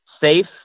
safe